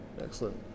Excellent